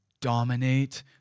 dominate